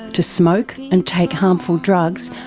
to smoke and take harmful drugs,